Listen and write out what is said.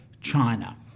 China